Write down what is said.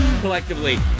Collectively